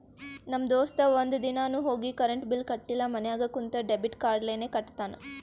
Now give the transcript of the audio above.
ನಮ್ ದೋಸ್ತ ಒಂದ್ ದಿನಾನು ಹೋಗಿ ಕರೆಂಟ್ ಬಿಲ್ ಕಟ್ಟಿಲ ಮನ್ಯಾಗ ಕುಂತ ಡೆಬಿಟ್ ಕಾರ್ಡ್ಲೇನೆ ಕಟ್ಟತ್ತಾನ್